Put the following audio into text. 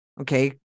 okay